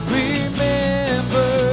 remember